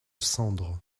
cendre